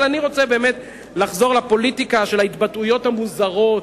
אני רוצה לחזור לפוליטיקה של ההתבטאויות המוזרות,